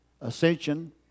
ascension